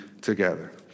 together